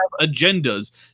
agendas